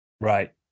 Right